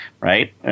right